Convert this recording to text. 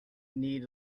need